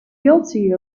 guilty